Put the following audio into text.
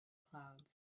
clouds